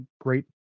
great